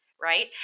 Right